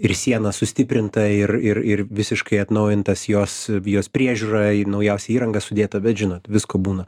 ir siena sustiprinta ir ir ir visiškai atnaujintas jos jos priežiūra naujausia įranga sudėta bet žinot visko būna